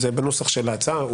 זה בנוסח של ההצעה.